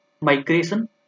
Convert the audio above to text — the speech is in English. migration